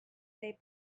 they